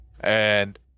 and-